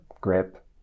grip